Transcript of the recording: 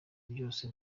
byose